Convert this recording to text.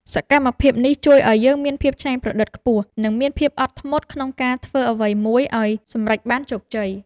សកម្មភាពនេះជួយឱ្យយើងមានភាពច្នៃប្រឌិតខ្ពស់ និងមានភាពអត់ធ្មត់ក្នុងការធ្វើអ្វីមួយឱ្យសម្រេចបានជោគជ័យ។